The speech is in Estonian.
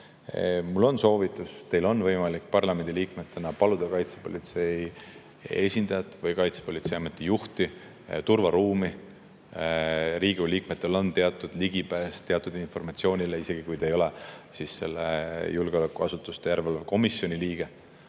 Mul on soovitus. Teil on võimalik parlamendiliikmetena paluda kaitsepolitsei esindajat või Kaitsepolitseiameti juhti turvaruumi. Riigikogu liikmetel on teatud ligipääs teatud informatsioonile, isegi kui te ei ole julgeolekuasutuste järelevalve erikomisjoni liige.